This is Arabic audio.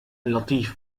لطيف